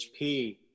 HP